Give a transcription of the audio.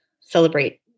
celebrate